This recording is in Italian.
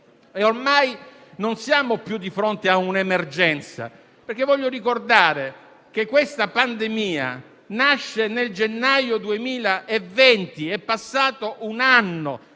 Ormai non siamo più di fronte a un'emergenza. Voglio ricordare che questa pandemia nasce nel gennaio 2020; è passato un anno